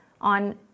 on